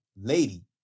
lady